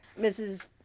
Mrs